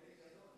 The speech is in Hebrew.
חלק גדול.